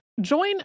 Join